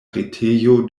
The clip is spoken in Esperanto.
retejo